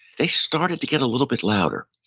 they started to get a little bit louder.